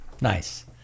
Nice